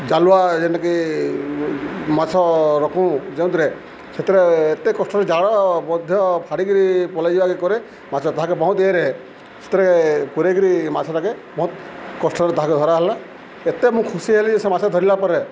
ଜାଲୁଆ ଯେନ୍ଟାକେ ମାଛ ରଖୁ ଯେଉଁଥିରେ ସେଥିରେ ଏତେ କଷ୍ଟରେ ଜାଳ ମଧ୍ୟ ଫାଡ଼ିକିରି ପଲେଇ ଯିବାକେ କରେ ମାଛ ଧାକେ ବହୁତ ଦେରେ ସେଥିରେ ପୁରେଇକିରି ମାଛଟାକେ ବହୁତ କଷ୍ଟରେ ତାହାକେ ଧରା ହେଲା ଏତେ ମୁଁ ଖୁସି ହେଲି ସେ ମାଛ ଧରିଲା ପରେ